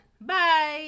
bye